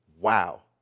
Wow